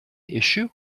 issue